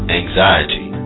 anxiety